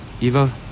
Eva